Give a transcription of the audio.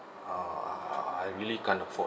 uh I really can't afford